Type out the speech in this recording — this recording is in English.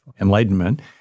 enlightenment